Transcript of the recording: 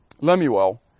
Lemuel